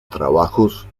trabajos